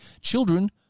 children